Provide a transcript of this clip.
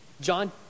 John